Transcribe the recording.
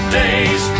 days